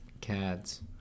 Cads